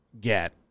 get